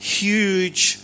huge